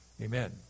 Amen